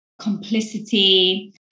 complicity